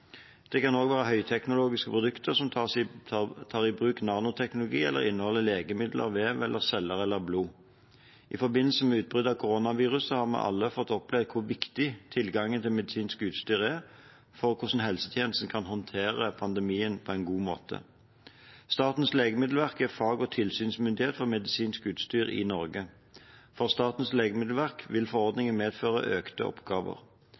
Det kan også være høyteknologiske produkter som tar i bruk nanoteknologi eller inneholder legemidler, vev, celler eller blod. I forbindelse med utbruddet av koronaviruset har vi alle fått oppleve hvor viktig tilgangen til medisinsk utstyr er for hvordan helsetjenesten kan håndtere pandemien på en god måte. Statens legemiddelverk er fag- og tilsynsmyndighet for medisinsk utstyr i Norge. For Statens legemiddelverk vil forordningene medføre økte oppgaver.